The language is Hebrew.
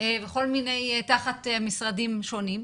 ותחת משרדים שונים,